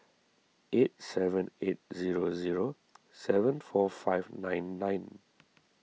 eight seven eight zero zero seven four five nine nine